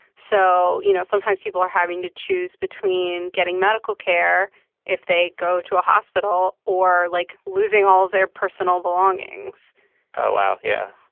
so you know sometimes people are having to choose between getting medical care if they go to a hospital or like losing all of their personal belongings wow. yeah.